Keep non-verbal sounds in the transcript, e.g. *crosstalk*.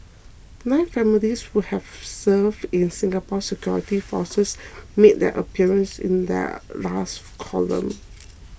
nine families who have served in Singapore's *noise* security forces made their appearance in their last column *noise*